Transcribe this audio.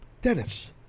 Dennis